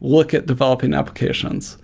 look at developing applications.